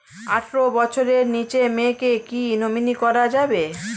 আঠারো বছরের নিচে মেয়েকে কী নমিনি করা যাবে?